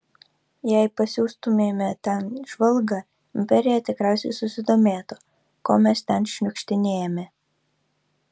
jei pasiųstumėme ten žvalgą imperija tikriausiai susidomėtų ko mes ten šniukštinėjame